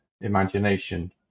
imagination